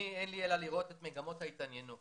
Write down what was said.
אין לי אלא לראות את מגמות ההתעניינות